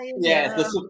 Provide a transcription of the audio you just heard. Yes